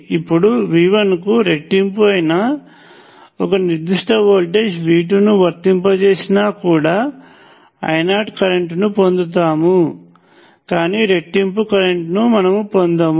ఇప్పుడు V1 కు రెట్టింపు అయిన ఒక నిర్దిష్ట వోల్టేజ్ V2 ను వర్తింపచేసినా కూడా I0 కరెంట్ను పొందుతాము కానీ రెట్టింపు కరెంట్ ను మనము పొందము